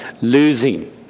Losing